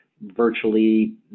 virtually